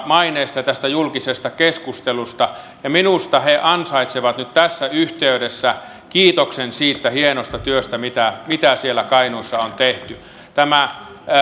maineesta ja tästä julkisesta keskustelusta minusta he ansaitsevat nyt tässä yhteydessä kiitoksen siitä hienosta työstä mitä mitä siellä kainuussa on tehty